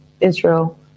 Israel